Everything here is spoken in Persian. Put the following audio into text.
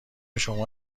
شما